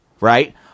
Right